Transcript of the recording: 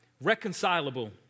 Reconcilable